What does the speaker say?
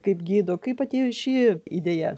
kaip gido kaip atėjo ši idėja